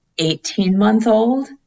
18-month-old